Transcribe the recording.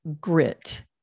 grit